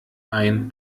ein